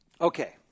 Okay